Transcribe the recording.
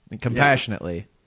compassionately